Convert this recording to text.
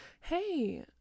hey